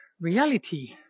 reality